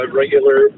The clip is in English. regular